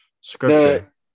scripture